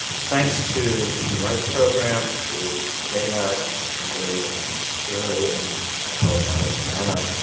thanks to the human rights program, to dana and emily and jerry and my fellow panelists and anna.